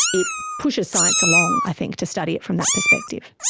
it pushes science along, i think, to study it from that perspective.